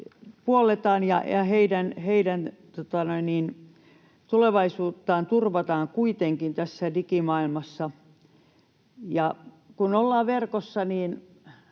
ja heidän tulevaisuuttaan turvataan kuitenkin tässä digimaailmassa. Ja kun ollaan verkossa,